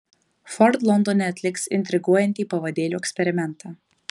ford londone atliks intriguojantį pavadėlio eksperimentą